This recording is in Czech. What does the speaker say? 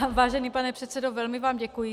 Vážený pane předsedo, velmi vám děkuji.